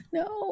no